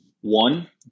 One